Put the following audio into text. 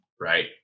Right